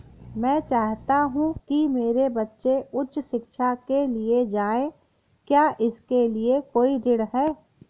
मैं चाहता हूँ कि मेरे बच्चे उच्च शिक्षा के लिए जाएं क्या इसके लिए कोई ऋण है?